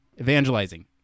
evangelizing